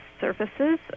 surfaces